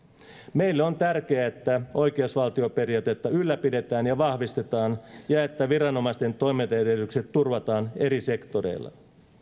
meille on tärkeää että oikeusvaltioperiaatetta ylläpidetään ja vahvistetaan ja että viranomaisten toimintaedellytykset turvataan eri sektoreilla